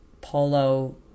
Polo